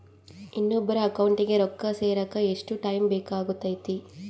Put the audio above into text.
ಇನ್ನೊಬ್ಬರ ಅಕೌಂಟಿಗೆ ರೊಕ್ಕ ಸೇರಕ ಎಷ್ಟು ಟೈಮ್ ಬೇಕಾಗುತೈತಿ?